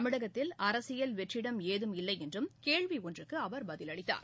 தமிழகத்தில் அரசியல் வெற்றிடம் ஏதும் இல்லைஎன்றும் கேள்விஒன்றிற்குஅவர் பதிலளித்தார்